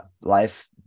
life